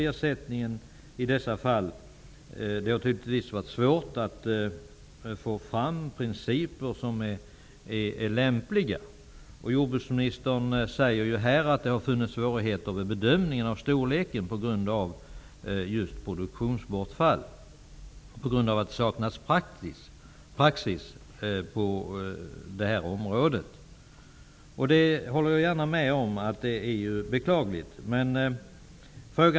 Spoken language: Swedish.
Det har naturligtvis varit svårt att få fram principer som är lämpliga i dessa fall. Jordbruksministern säger här att det har varit svårigheter i bedömningen av storleken på ersättningen i fråga om produktionsbortfall på grund av att det saknas praxis på området. Jag håller gärna med om att detta är beklagligt.